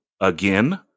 again